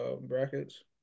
brackets